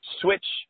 switch